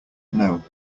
know